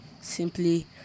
simply